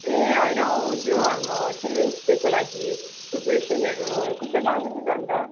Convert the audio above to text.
ए होइन हौ त्यो हाम्रो चिल्ड्रेन्स डेको लागि प्रिपरेसनहरू कस्तो चल्दैछ त अन्त